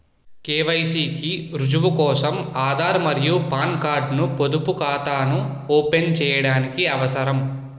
KYC కి రుజువు కోసం ఆధార్ మరియు పాన్ కార్డ్ ను పొదుపు ఖాతాను ఓపెన్ చేయడానికి అవసరం